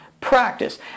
practice